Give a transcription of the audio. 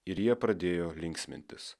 ir jie pradėjo linksmintis